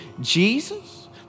Jesus